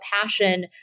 passion